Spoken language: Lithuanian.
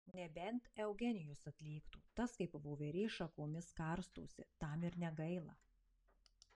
nebent eugenijus atlėktų tas kaip voverė šakomis karstosi tam ir negaila